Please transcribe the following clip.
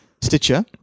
Stitcher